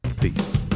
peace